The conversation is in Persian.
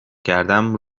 کردم